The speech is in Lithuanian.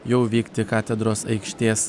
jau vykti katedros aikštės